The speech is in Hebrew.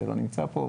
שלא נמצא פה.